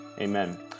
Amen